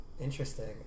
Interesting